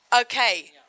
Okay